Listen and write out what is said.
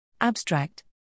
Abstract